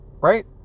right